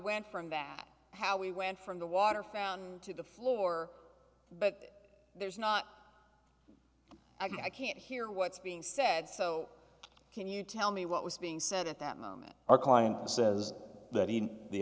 went from that how we went from the water fountain to the floor but there's not i can't hear what's being said so can you tell me what was being said at that moment our client says that he the